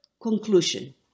Conclusion